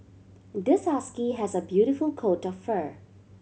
this husky has a beautiful coat of fur